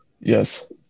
Yes